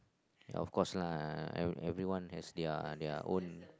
ya of course lah every everyone has their their own